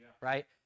right